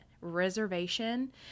reservation